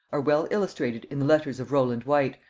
are well illustrated in the letters of rowland white,